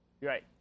Right